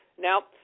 Now